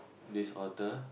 this author